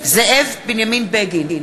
זאב בנימין בגין,